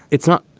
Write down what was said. it's not.